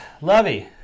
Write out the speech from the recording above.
Lovey